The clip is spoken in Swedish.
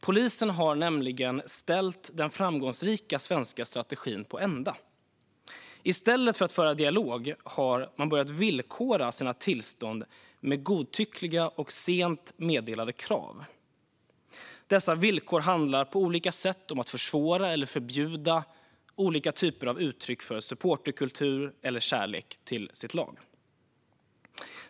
Polisen har nämligen ställt den framgångsrika svenska strategin på ända. I stället för att föra dialog har man börjat villkora sina tillstånd med godtyckliga och sent meddelade krav. Dessa villkor handlar om att på olika sätt försvåra och förbjuda olika typer av uttryck för supporterkultur eller kärlek till sitt lag.